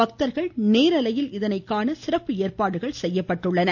பக்தர்கள் நேரலையில் இதனை காண ஏற்பாடுகள் செய்யப்பட்டுள்ளன